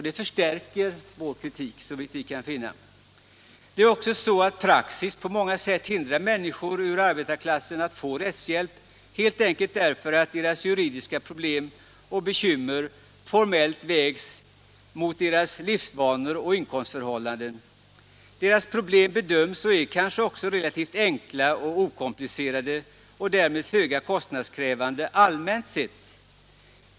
Det förstärker skälen för vår kritik, såvitt vi kan finna. Det är också så, att praxis på många sätt hindrar människor ur arbetarklassen att få rättshjälp helt enkelt därför att deras juridiska problem och bekymmer formellt vägs mot deras livsvanor och inkomstförhållanden. Deras problem bedöms vara och är kanske också relativt enkla och okomplicerade och därmed föga kostnadskrävande, allmänt sett.